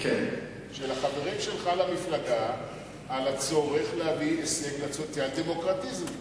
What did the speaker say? של החברים שלך למפלגה על הצורך להביא הישג לסוציאל-דמוקרטיזם,